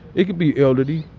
it could be elderly.